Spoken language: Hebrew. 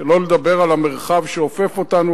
שלא לדבר על המרחב שאופף אותנו.